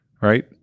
right